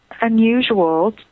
unusual